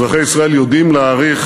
אזרחי ישראל יודעים להעריך